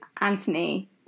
Anthony